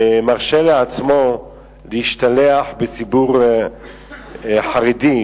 ומרשה לעצמו להשתלח בציבור חרדי,